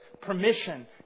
permission